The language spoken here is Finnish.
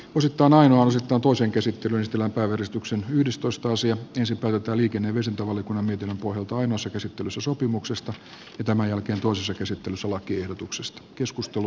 osittain ainahan se tuntuu se käsitti myös tilapäävahvistuksen yhdestoista sija tiesi odottaa esityksessä ehdotetaan että valiokunnan mietinnön pohjalta ainoassa käsittelyssä sopimuksesta ja tämän jälkeen tuossa käsittelyssä lakiehdotuksesta keskustelu